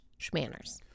schmanners